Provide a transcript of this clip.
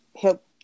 help